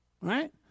right